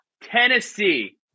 Tennessee